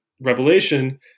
revelation